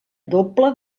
doble